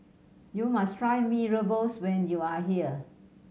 you must try Mee Rebus when you are here